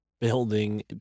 building